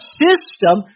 system